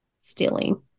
stealing